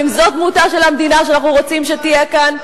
האם זאת דמותה של המדינה שאנחנו רוצים שתהיה כאן?